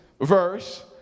verse